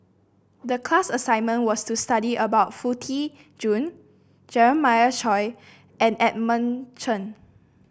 the class assignment was to study about Foo Tee Jun Jeremiah Choy and Edmund Chen